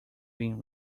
being